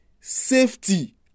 safety